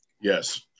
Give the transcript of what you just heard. Yes